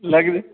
लग